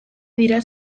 dira